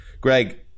Greg